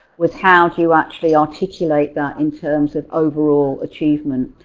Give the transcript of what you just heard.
with how do you actually articulate that in terms of overall achievement.